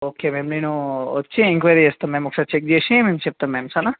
ఒకే మేం నేను వచ్చి ఎంక్వైరీ చేస్తాం మ్యామ్ ఒకసారి చెక్ చేసి మేం చెప్తాం మ్యామ్ సరేనా